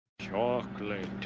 chocolate